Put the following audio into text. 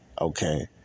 okay